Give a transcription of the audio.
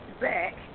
back